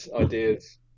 ideas